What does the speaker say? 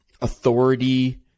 authority